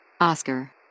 Oscar